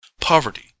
Poverty